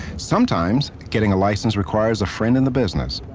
sometimes, getting a license requires a friend in the business.